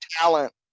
talent